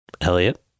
Elliot